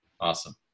Awesome